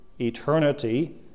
eternity